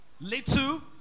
little